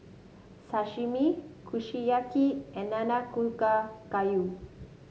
Sashimi Kushiyaki and Nanakusa Gayu